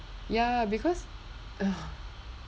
ya because